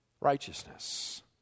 Righteousness